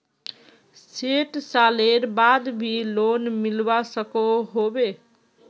सैट सालेर बाद भी लोन मिलवा सकोहो होबे?